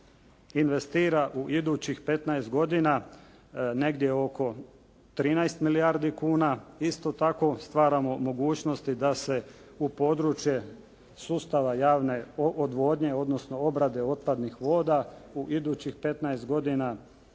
investira u idućih 15 godina negdje oko 13 milijardi kuna. Isto tako stvaramo mogućnosti da se u područje sustava javne odvodnje odnosno obrade otpadnih voda u idućih 15 godina